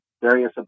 various